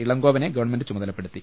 ഇളങ്കോവനെ government ചുമതലപ്പെടുത്തി